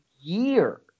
year